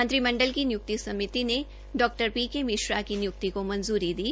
मंत्रिमंडल की नियुक्ति समिति ने डा पी के मिश्रा की नियुक्ति को मंजूरी दी